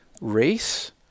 race